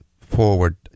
forward